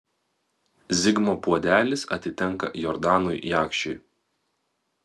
zigmo puodelis atitenka jordanui jakšiui